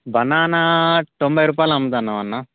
banana తొంభై రూపాయలు అమ్ముతాన్నాం అన్న